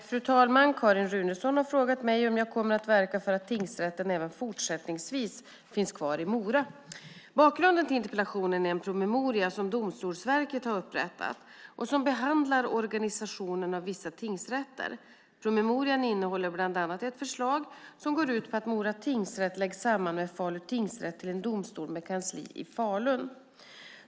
Fru talman! Carin Runeson har frågat mig om jag kommer att verka för att tingsrätten i Mora finns kvar även fortsättningsvis. Bakgrunden till interpellationen är en promemoria som Domstolsverket har upprättat och som behandlar organisationen av vissa tingsrätter. Promemorian innehåller bland annat ett förslag som går ut på att Mora tingsrätt läggs samman med Falu tingsrätt till en domstol med kansli i Falun.